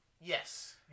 Yes